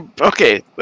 Okay